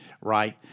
right